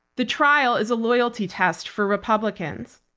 the trial is a loyalty test for republicans.